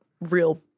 real